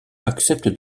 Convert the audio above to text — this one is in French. accepte